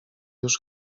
już